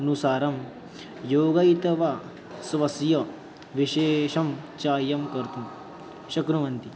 अनुसारं योगः अथवा स्वस्य विशेषं चायं कर्तुं शक्नुवन्ति